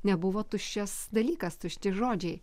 nebuvo tuščias dalykas tušti žodžiai